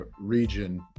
region